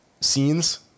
scenes